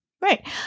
Right